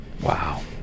Wow